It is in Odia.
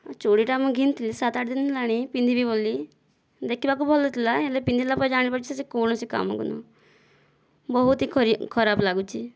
ହଁ ଚୁଡ଼ିଟା ମୁଇଁ ଘିଣିଥିଲି ସାତ୍ ଆଠଦିନ୍ ହେଲାଣି ପିନ୍ଧିବି ବୋଲି ଦେଖିବାକୁ ଭଲ ଥିଲା ହେଲେ ପିନ୍ଧିଲା ପରେ ଜାଣିପାରୁଛି ଯେ ସେ କୌଣସି କାମକୁ ନୁହଁ ବହୁତ ହିଁ ଖରାପ ଲାଗୁଛି